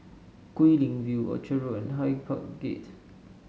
Guilin View Orchard Road and Hyde Park Gate